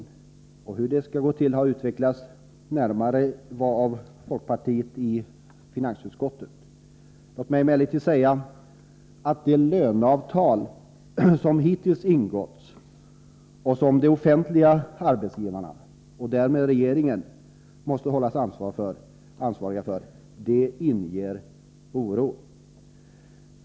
Hur detta skall gå till har av folkpartiet utvecklats närmare i finansutskottet. Låt mig emellertid säga, att de löneavtal som hittills har ingåtts — och som de offentliga arbetsgivarna, och därmed regeringen, måste hållas ansvariga för — inger oro.